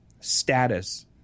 status